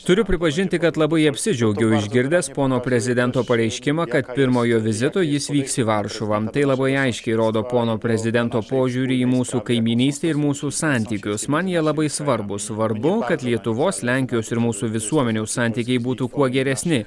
turiu pripažinti kad labai apsidžiaugiau išgirdęs pono prezidento pareiškimą kad pirmojo vizito jis vyks į varšuvą tai labai aiškiai rodo pono prezidento požiūrį į mūsų kaimynystę ir mūsų santykius man jie labai svarbūs svarbu kad lietuvos lenkijos ir mūsų visuomenių santykiai būtų kuo geresni